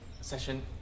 session